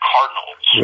Cardinals